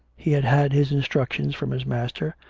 he had had his instructions from his master,